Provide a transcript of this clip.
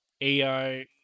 AI